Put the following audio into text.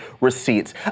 receipts